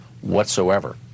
whatsoever